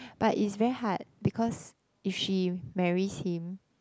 but it's very hard because if she marries him